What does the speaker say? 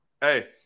Hey